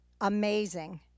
Amazing